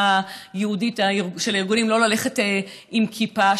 של הארגונים היהודיים שלא ללכת עם כיפה.